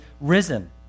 risen